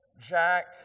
Jack